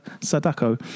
Sadako